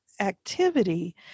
activity